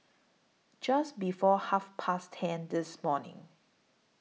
Just before Half Past ten This morning